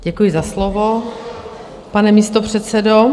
Děkuji za slovo, pane místopředsedo.